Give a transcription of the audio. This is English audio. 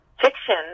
fiction